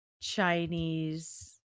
Chinese